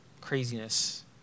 craziness